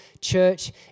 church